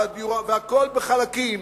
הכול בחלקים,